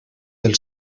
del